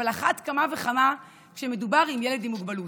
אבל על אחת כמה וכמה כשמדובר בילד עם מוגבלות,